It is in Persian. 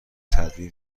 تدوین